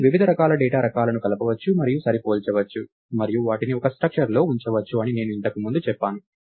మీరు వివిధ రకాల డేటా రకాలను కలపవచ్చు మరియు సరిపోల్చవచ్చు మరియు వాటిని ఒక స్ట్రక్చర్ లో ఉంచవచ్చు అని నేను ఇంతకు ముందు చెప్పాను